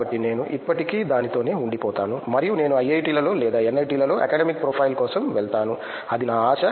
కాబట్టి నేను ఇప్పటికీ దానితోనే ఉండిపోతాను మరియు నేను IIT లలో లేదా NIT లలో అకాడెమిక్ ప్రొఫైల్ కోసం వెళ్తాను అది నా ఆశ